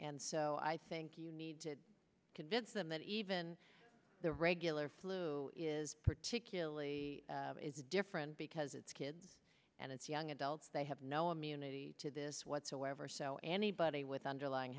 and so i think you need to convince them that even the regular flu is particularly is different because it's kids and it's young adults they have no immunity to this whatsoever so anybody with underlying